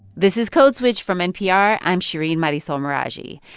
this is code switch from npr. i'm shereen marisol meraji.